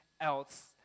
else